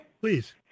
Please